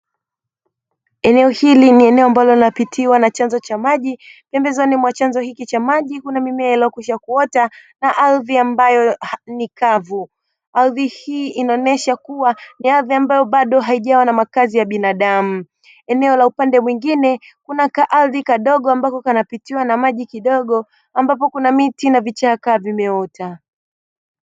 Eneo hili ni eneo ambalo linapitiwa na chanzo cha maji pembezoni mwa chanzo hiki cha maji kuna mimea ambayo imekwisha kuota na ardhi ambayo ni kavu, ardhi hii inaonyesha kuwa ni ardhi ambayo bado haijawa na makazi ya binadamu, eneo la upande mwingine kuna kaardhi kadogo ambapo kanapitiwa na maji kidogo ambapo kuna miti na vichaka vimeota.